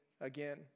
again